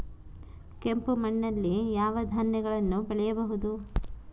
ಕೆಂಪು ಮಣ್ಣಲ್ಲಿ ಯಾವ ಧಾನ್ಯಗಳನ್ನು ಬೆಳೆಯಬಹುದು?